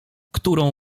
którą